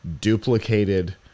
duplicated